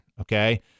Okay